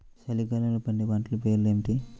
చలికాలంలో పండే పంటల పేర్లు ఏమిటీ?